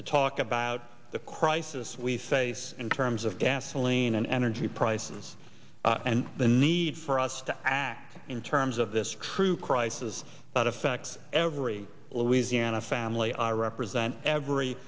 to talk about the crisis we face in terms of gasoline and energy prices and the need for us to act in terms of this true crisis that affects every louisiana family i represent every